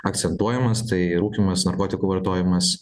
akcentuojamas tai rūkymas narkotikų vartojimas